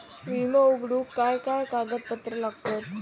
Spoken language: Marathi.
विमो उघडूक काय काय कागदपत्र लागतत?